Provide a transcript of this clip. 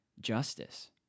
justice